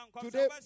Today